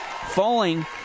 falling